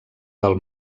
del